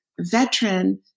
veteran